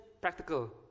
practical